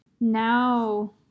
now